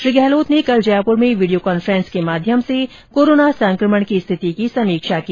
श्री गहलोत ने कल जयपूर में वीडियो कॉन्फ्रेंस के माध्यम से कोरोना संक्रमण की स्थिति की समीक्षा की